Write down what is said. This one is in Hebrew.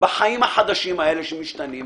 בחיים החדשים האלה שמשתנים,